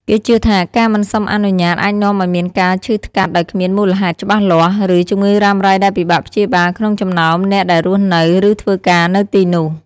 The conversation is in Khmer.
គេជឿថា ការមិនសុំអនុញ្ញាតអាចនាំឲ្យមានការឈឺថ្កាត់ដោយគ្មានមូលហេតុច្បាស់លាស់ ឬជំងឺរ៉ាំរ៉ៃដែលពិបាកព្យាបាលក្នុងចំណោមអ្នកដែលរស់នៅ ឬធ្វើការនៅទីនោះ។